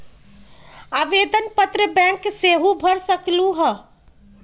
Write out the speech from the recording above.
आवेदन पत्र बैंक सेहु भर सकलु ह?